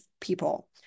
people